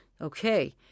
Okay